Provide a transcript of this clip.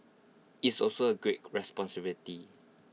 it's also A great responsibility